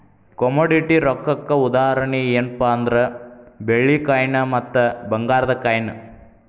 commodity ರೊಕ್ಕಕ್ಕ ಉದಾಹರಣಿ ಯೆನ್ಪಾ ಅಂದ್ರ ಬೆಳ್ಳಿ ಕಾಯಿನ್ ಮತ್ತ ಭಂಗಾರದ್ ಕಾಯಿನ್